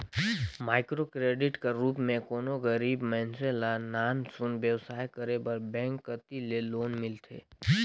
micro credit कर रूप में कोनो गरीब मइनसे ल नान सुन बेवसाय करे बर बेंक कती ले लोन मिलथे